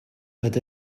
but